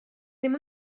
ddim